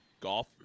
Golf